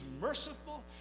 merciful